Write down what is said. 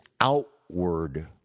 outward